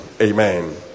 Amen